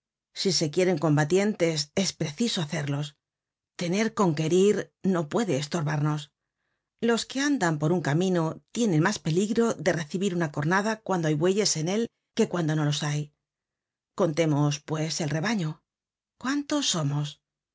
si se quieren combatientes es preciso hacerlos tener con que herir no puede estorbarnos los que andan por un camino tienen mas peligro de recibir una cornada cuando hay bueyes en él que cuando no los hay contemos pues el rebaño cuántos somos no